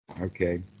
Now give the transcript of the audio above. Okay